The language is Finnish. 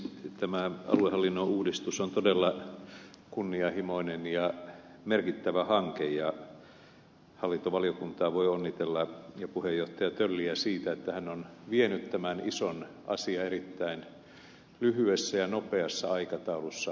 tämä aluehallinnon uudistus on todella kunnianhimoinen ja merkittävä hanke ja hallintovaliokuntaa ja puheenjohtaja tölliä voi onnitella siitä että on viety tämä iso asia erittäin lyhyessä ja nopeassa aikataulussa lävitse